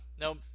no